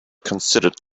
considered